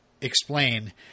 explain